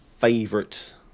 favorite